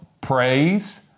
praise